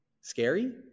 scary